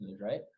right